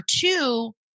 two